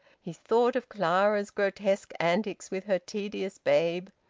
he thought of clara's grotesque antics with her tedious babe.